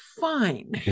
fine